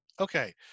Okay